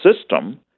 system